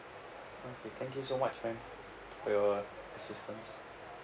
okay thank you so much ma'am for your assistance